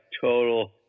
total